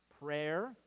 Prayer